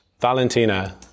Valentina